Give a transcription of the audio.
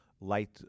light